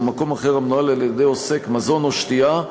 למקום אחר המנוהל על-ידי עוסק מזון או שתייה,